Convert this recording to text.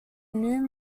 new